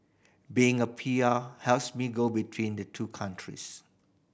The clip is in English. being a P R helps me go between the two countries